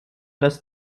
das